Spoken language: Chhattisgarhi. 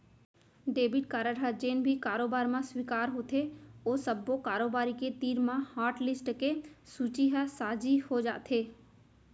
डेबिट कारड ह जेन भी कारोबार म स्वीकार होथे ओ सब्बो कारोबारी के तीर म हाटलिस्ट के सूची ह साझी हो जाथे